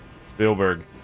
Spielberg